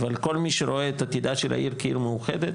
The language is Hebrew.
אבל כל מי שרואה את עתידה של העיר כעיר מאוחדת,